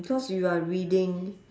because you are reading